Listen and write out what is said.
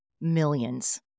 millions